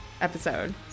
episode